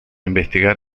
investigar